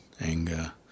anger